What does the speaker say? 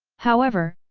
however,